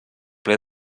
ple